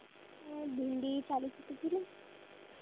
आअ भिंडी चालीस रुपये किलो